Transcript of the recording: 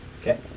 okay